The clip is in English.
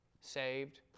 saved